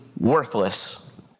worthless